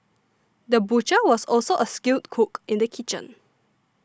the butcher was also a skilled cook in the kitchen